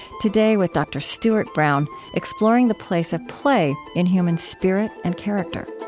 today with dr. stuart brown exploring the place of play in human spirit and character